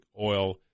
oil